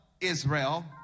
israel